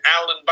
Alan